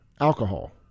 alcohol